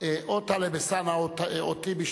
טלב אלסאנע או טיבי.